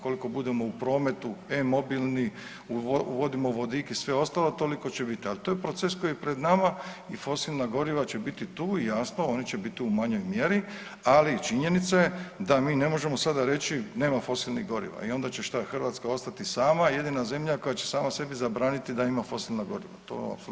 Koliko budemo u prometu e-mobilni uvodimo vodik i sve ostalo toliko će biti, ali to je proces koji je pred nama i fosilna goriva će biti tu jasno, oni će biti u manjoj mjeri ali činjenica je da mi ne možemo sada reći nema fosilnih goriva i onda će šta, Hrvatska ostati sama jedina zemlja koja će sama sebi zabraniti da ima fosilna goriva, to apsolutno nema smisla.